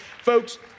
Folks